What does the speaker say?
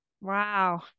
Wow